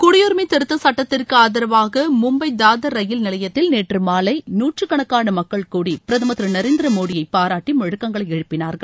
குடியுரினம திருத்த் சட்டத்திற்கு ஆதரவாக மும்பை தாதர் ரயில் நிலையத்தில் நேற்று மாலை நூற்றுக்கணக்கான மக்கள் கூடி பிரதமர்திரு நரேந்திர மோடியை பாராட்டி முழக்கங்களை எழுப்பினார்கள்